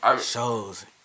Shows